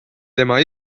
tema